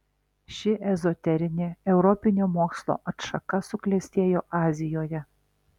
ši ezoterinė europinio mokslo atšaka suklestėjo azijoje